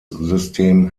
system